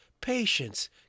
patience